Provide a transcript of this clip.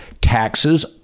Taxes